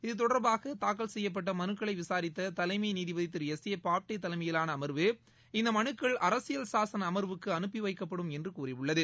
இது தொடர்பாக தாக்கல் செய்யப்பட்ட மனுக்களை விசாரித்த தலைமை நீதிபதி திரு எஸ் ஏ பாப்டே தலைமயிலான அமா்வு இந்த மனுக்கள் அரசியல் சாசன அமா்வுக்கு அனுப்பி வைக்கப்படும் என்று கூறியுள்ளது